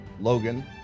Logan